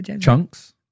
Chunks